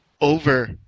over